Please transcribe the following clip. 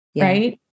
right